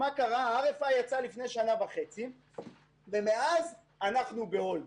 ה-RFI יצא לפני שנה וחצי ומאז אנחנו בהולד.